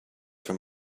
from